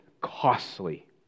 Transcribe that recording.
costly